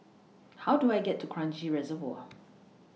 How Do I get to Kranji Reservoir